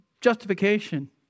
justification